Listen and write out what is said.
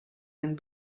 vingt